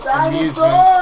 amusement